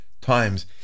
times